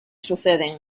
suceden